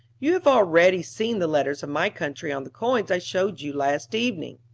you have already seen the letters of my country on the coins i showed you last evening.